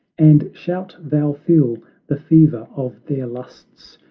and shalt thou feel the fever of their lusts,